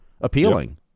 appealing